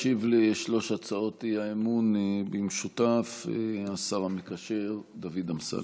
ישיב על שלוש הצעות האי-אמון במשותף השר המקשר דוד אמסלם.